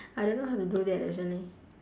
I don't know how to do that actually